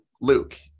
Luke